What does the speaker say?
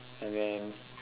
and then